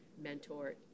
mentor